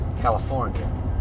California